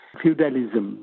Feudalism